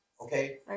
okay